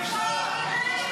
תשתוק.